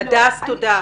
הדס, תודה.